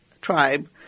tribe